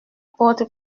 porte